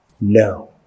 no